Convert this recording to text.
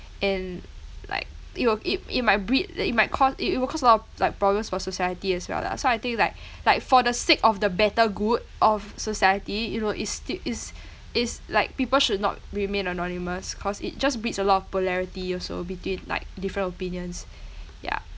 and like it will it it might breed it might cause it it will cause a lot of like problems for society as well lah so I think like like for the sake of the better good of society it will it st~ is is like people should not remain anonymous cause it just breeds a lot of polarity also between like different opinions yeah